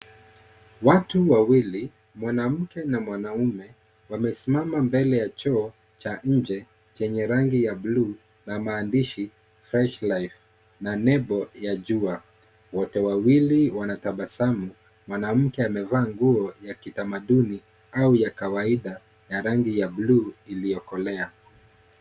Watu wawili, mwanamke na mwanaume wamesimama mbele ya choo cha nje chenye rangi ya bluu na maandishi fresh life na nebo ya jua. Wote wawili wanatabasamu. Mwanamke amevaa nguo ya kitamaduni au ya kawaida ya rangi ya bluu iliyokolea.